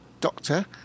Doctor